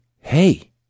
Hey